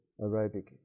aerobic